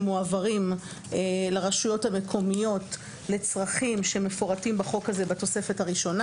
שמועברים לרשויות המקומיות לצרכים שמפורטים בחוק הזה בתוספת הראשונה.